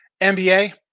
NBA